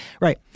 right